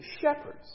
shepherds